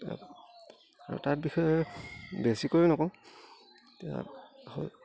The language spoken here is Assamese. আৰু তাৰ বিষয়ে বেছিকৈয়ো নকওঁ এতিয়া হয়